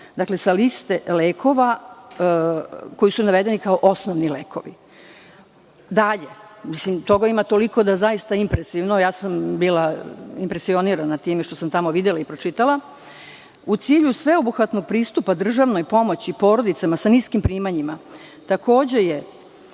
lekove sa liste lekova koji su navedeni kao osnovni lekovi. Dalje, toga ima toliko, da je zaista impresivno, bila sam impresionirana time što sam tamo videla i pročitala. U cilju sveobuhvatnog pristupa državnoj pomoći porodicama sa niskim primanjima, takođe je